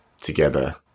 together